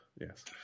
yes